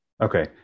okay